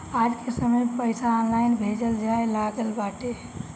आजके समय में पईसा ऑनलाइन भेजल जाए लागल बाटे